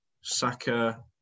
Saka